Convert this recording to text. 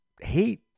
hate